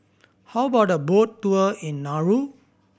how about a boat tour in Nauru